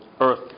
earth